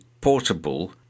portable